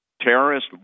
terrorist